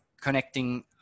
connecting